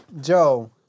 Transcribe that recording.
Joe